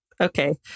Okay